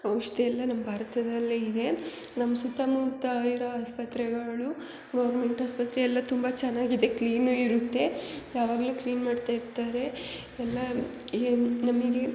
ಔಷಧಿ ಎಲ್ಲ ನಮ್ಮ ಭಾರತದಲ್ಲೇ ಇದೆ ನಮ್ಮ ಸುತ್ತಮುತ್ತ ಇರೋ ಆಸ್ಪತ್ರೆಗಳು ಗೌರ್ಮೆಂಟ್ ಆಸ್ಪತ್ರೆ ಎಲ್ಲ ತುಂಬ ಚೆನ್ನಾಗಿದೆ ಕ್ಲೀನೂ ಇರುತ್ತೆ ಯಾವಾಗಲೂ ಕ್ಲೀನ್ ಮಾಡ್ತಾ ಇರ್ತಾರೆ ಎಲ್ಲ ಏನು ನಮಗೆ